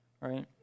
right